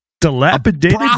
dilapidated